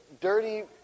dirty